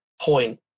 point